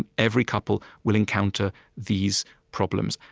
and every couple will encounter these problems,